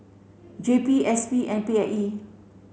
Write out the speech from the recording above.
J P S P and P I E